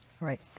Right